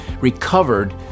recovered